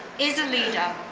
is a leader.